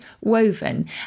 woven